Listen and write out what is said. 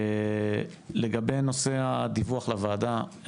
לגבי נושא הדיווח לוועדה,